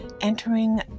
entering